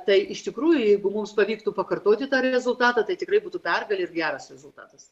tai iš tikrųjų jeigu mums pavyktų pakartoti tą rezultatą tai tikrai būtų pergalė ir geras rezultatas